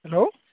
hello